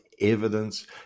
evidence